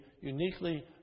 uniquely